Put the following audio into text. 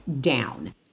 down